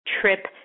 trip